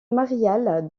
mariale